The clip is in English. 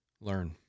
Learn